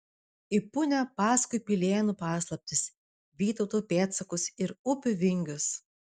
į punią paskui pilėnų paslaptis vytauto pėdsakus ir upių vingius